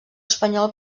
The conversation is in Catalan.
espanyol